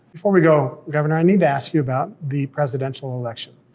before we go, governor, i need to ask you about the presidential election.